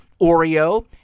Oreo